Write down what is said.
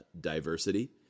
diversity